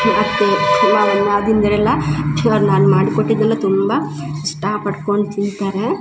ಅತ್ತೆ ಮಾವ ನಾದಿನಂದರೆಲ್ಲ ಅವ್ರ ನಾನು ಮಾಡಿ ಕೊಟ್ಟಿದೆಲ್ಲ ತುಂಬ ಇಷ್ಟಪಟ್ಕೊಂಡು ತಿಂತಾರೆ